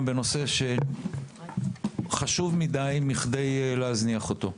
אנחנו הולכים לדון היום בנושא שחשוב מידי בכדי להזניח אותו,